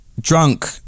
drunk